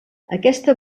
aquesta